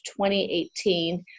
2018